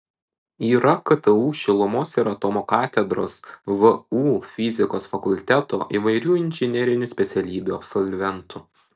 yra ktu šilumos ir atomo katedros vu fizikos fakulteto įvairių inžinerinių specialybių absolventų